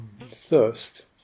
Thirst